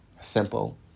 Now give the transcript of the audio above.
simple